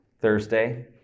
Thursday